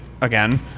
again